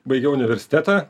baigiau universitetą